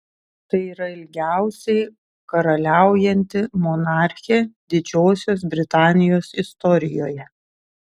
tai yra ilgiausiai karaliaujanti monarchė didžiosios britanijos istorijoje